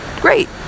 great